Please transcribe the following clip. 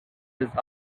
these